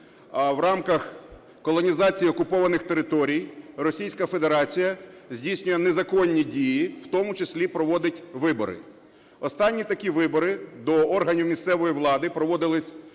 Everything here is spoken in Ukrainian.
в рамках колонізації окупованих територій Російська Федерація здійснює незаконні дії, в тому числі проводить вибори. Останні такі вибори до органів місцевої влади проводились